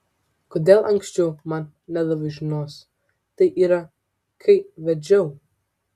kodėl anksčiau man nedavei žinios tai yra kai vedžiau